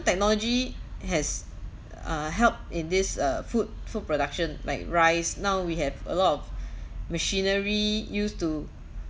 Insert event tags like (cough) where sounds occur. technology has uh helped in this uh food food production like rice now we have a lot of (breath) machinery used to